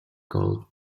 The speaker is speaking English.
called